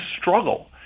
struggle